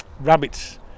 rabbits